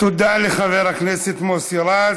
תודה לחבר הכנסת מוסי רז.